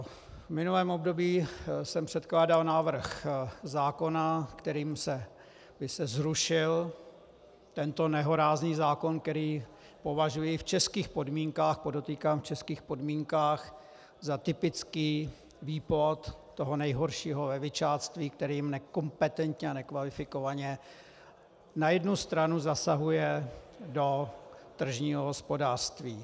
V minulém období jsem předkládal návrh zákona, kterým by se zrušil tento nehorázný zákon, který považuji v českých podmínkách podotýkám v českých podmínkách za typický výplod toho nejhoršího levičáctví, který nekompetentně a nekvalifikovaně na jednu stranu zasahuje do tržního hospodářství.